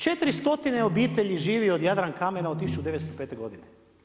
400 obitelji živi od Jadrankamena od 1905. godine.